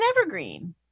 evergreen